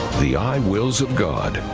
the i wills of god,